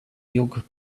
yoga